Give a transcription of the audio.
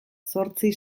zortzi